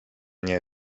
nie